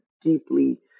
deeply